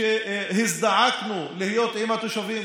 כשהזדעקנו להיות עם התושבים,